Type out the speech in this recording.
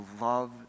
love